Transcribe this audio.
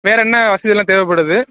வேறு என்ன வசதியெல்லாம் தேவைப்படுது